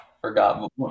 Forgot